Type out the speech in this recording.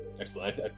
Excellent